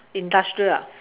industrial ah